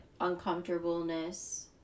uncomfortableness